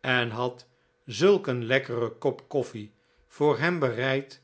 en had zulk een lekkeren kop koffle voor hem bereid